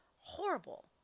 horrible